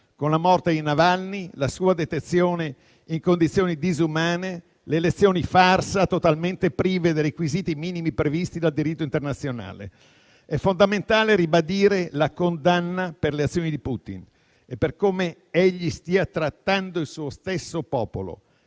con la morte di Navalny, la sua detenzione in condizioni disumane, le elezioni farsa totalmente prive dei requisiti minimi previsti dal diritto internazionale. È fondamentale ribadire la condanna per le azioni di Putin e per come egli stia trattando il suo stesso popolo.